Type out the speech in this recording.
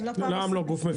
לע"ם לא גוף מפרסם.